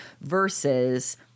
versus